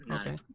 Okay